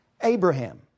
Abraham